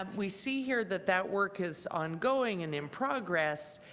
um we see here that that work is ongoing and in progress.